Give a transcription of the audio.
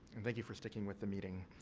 and, thank you for sticking with the meeting.